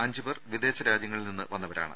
അഞ്ചു പേർ വിദേശ രാജ്യങ്ങളിൽ നിന്ന് വന്നവരാണ്